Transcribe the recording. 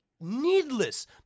needless